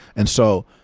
and so,